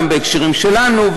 גם בהקשרים שלנו,